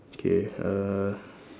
K uh